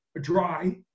dry